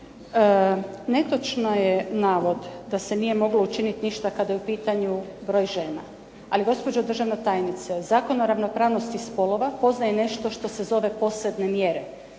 Netočno je navod da se nije moglo učiniti ništa kada je u pitanju broj žena. Ali gospođo državna tajnice, Zakon o ravnopravnosti spolova poznaje nešto što se zove posebne mjere